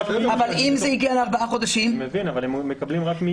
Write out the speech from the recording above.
אבל הם מקבלים רק מיולי.